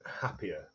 happier